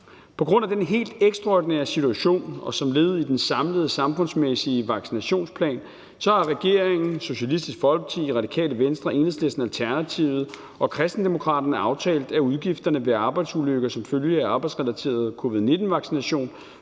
På grund af den helt ekstraordinære situation og som led i den samlede samfundsmæssige vaccinationsplan har regeringen, Socialistisk Folkeparti, Radikale Venstre, Enhedslisten, Alternativet og Kristendemokraterne aftalt, at udgifterne ved arbejdsulykker som følge af arbejdsrelateret covid-19-vaccination